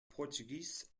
portuguese